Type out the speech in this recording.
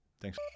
Thanks